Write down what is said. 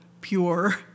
pure